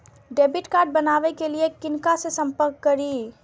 Debit card बनावे के लिए किनका से संपर्क करी?